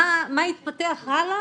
מה יתפתח הלאה?